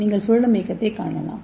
நீங்கள் சுழலும் இயக்கத்தை காணலாம்